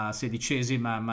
sedicesima